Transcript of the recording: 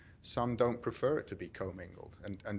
some don't prefer to be commingled and